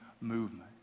movement